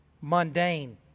mundane